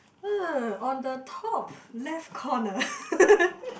uh on the top left corner